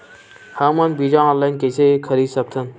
हमन बीजा ऑनलाइन कइसे खरीद सकथन?